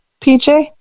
PJ